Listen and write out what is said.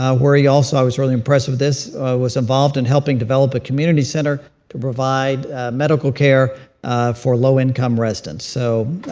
ah where he also i was really impressed with this was involved in helping develop a community center to provide medical care for low-income residents, so.